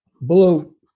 Blue